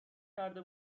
کرده